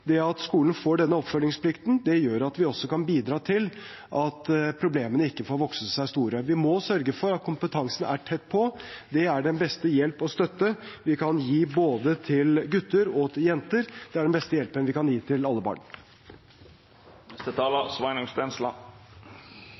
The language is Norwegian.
Det at skolen får denne oppfølgingsplikten, gjør at vi også kan bidra til at problemene ikke får vokse seg store. Vi må sørge for at kompetansen er tett på. Det er den beste hjelp og støtte vi kan gi til både gutter og jenter, det er den beste hjelpen vi kan gi til alle barn.